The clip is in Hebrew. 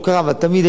במידה שזה קורה,